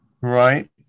right